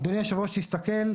אדוני היושב ראש, תסתכל.